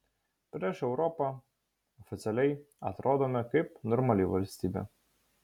prieš europą oficialiai atrodome kaip normali valstybė